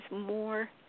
more